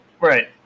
Right